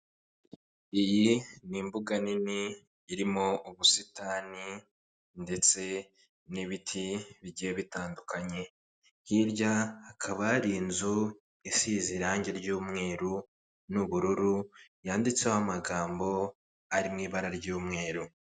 Iyi ni imbuga nini, irimo ubusitani ndetse n'ibiti bigiye bitandukanye, hirya hakaba hari inzu isize irangi ry'umweru n'ubururu, yanditseho amagambo ari mu ibara ry'umweru.